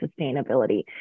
sustainability